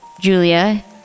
Julia